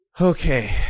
Okay